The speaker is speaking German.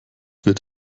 wird